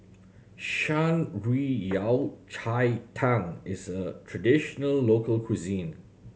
Shan Rui Yao Cai Tang is a traditional local cuisine